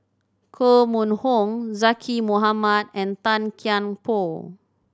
Koh Mun Hong Zaqy Mohamad and Tan Kian Por